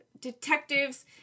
detectives